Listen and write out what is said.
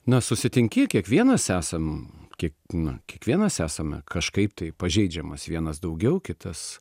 na susitinki kiekvienas esam kiek na kiekvienas esame kažkaip taip pažeidžiamas vienas daugiau kitas